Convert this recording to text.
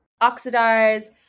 oxidize